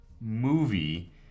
movie